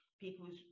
people's